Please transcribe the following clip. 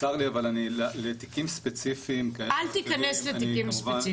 צר לי אבל לתיקים ספציפיים אני כמובן -- אל תכנס לתיקים ספציפיים,